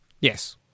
Yes